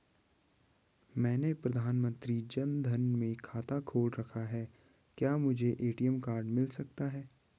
मैंने प्रधानमंत्री जन धन में खाता खोल रखा है क्या मुझे ए.टी.एम कार्ड मिल सकता है?